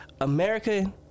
America